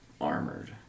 armored